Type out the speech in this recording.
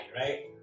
right